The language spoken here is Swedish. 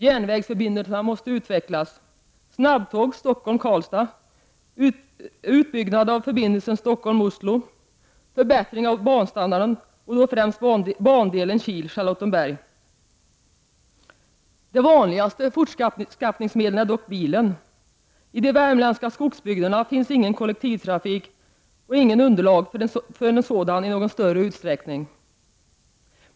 Järnvägsförbindelserna måste också utvecklas: snabbtåg Stockholm Karlstad, utbyggnad av förbindelsen Stockholm-Oslo, förbättringar av banstandarden, då främst bandelen Kil-Charlottenberg. Det vanligaste fortskaffningsmedlet är dock bilen. I de värmländska skogsbygderna finns ingen kollektivtrafik och inget underlag för en sådan i någon större utsträckning.